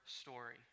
story